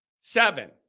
Seven